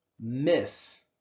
miss